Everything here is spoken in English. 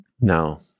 Now